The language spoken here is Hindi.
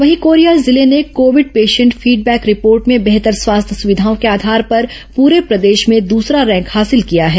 वहीं कोरिया जिले ने कोविड पेशेंट फीडबैक रिपोर्ट में बेहतर स्वास्थ्य सुविधाओं के आधार पर पुरे प्रदेश में दूसरा रैंक हासिल किया है